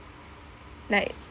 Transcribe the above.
like